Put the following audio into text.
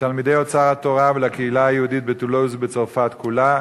לתלמידי "אוצר התורה" ולקהילה היהודית בטולוז ובצרפת כולה.